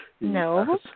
No